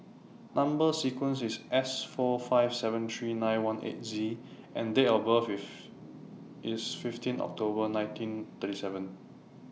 Number sequence IS S four five seven three nine one eight Z and Date of birth IS IS fifteen October nineteen thirty seven